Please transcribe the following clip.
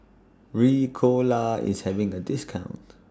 Ricola IS having A discount